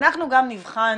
אנחנו גם נבחן